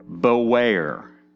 Beware